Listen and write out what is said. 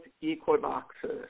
equinoxes